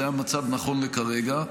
זה המצב נכון לכרגע.